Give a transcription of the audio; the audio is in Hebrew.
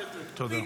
תודה.